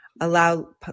Allow